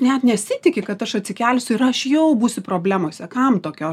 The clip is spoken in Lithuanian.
net nesitiki kad aš atsikelsiu ir aš jau būsiu problemose kam tokio